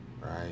right